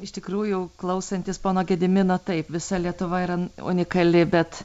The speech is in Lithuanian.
iš tikrųjų klausantis pono gedimino taip visa lietuva yra unikali bet